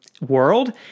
world